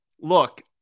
Look